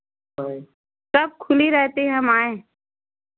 कब खुली रहती है हम आएँ